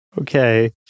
Okay